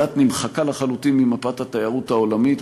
אילת נמחקה לחלוטין ממפת התיירות העולמית.